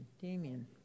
Damien